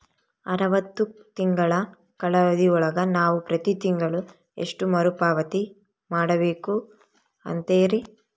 ಅರವತ್ತು ತಿಂಗಳ ಕಾಲಾವಧಿ ಒಳಗ ನಾವು ಪ್ರತಿ ತಿಂಗಳು ಎಷ್ಟು ಮರುಪಾವತಿ ಮಾಡಬೇಕು ಅಂತೇರಿ?